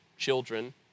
children